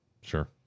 Sure